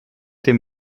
dem